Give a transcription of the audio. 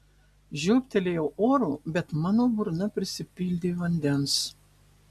žiobtelėjau oro bet mano burna prisipildė vandens